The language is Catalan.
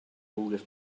vulgues